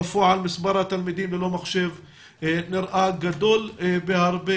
בפועל מספר התלמידים ללא מחשב נראה גדול בהרבה